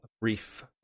brief